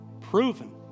proven